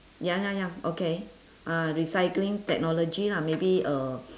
ya ya ya okay ah recycling technology lah maybe uh